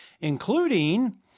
including